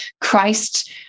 Christ